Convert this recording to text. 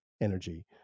energy